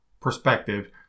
perspective